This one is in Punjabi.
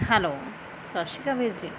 ਹੈਲੋ ਸਤਿ ਸ਼੍ਰੀ ਅਕਾਲ ਵੀਰ ਜੀ